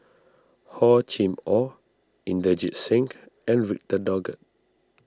Hor Chim or Inderjit Singh and Victor Doggett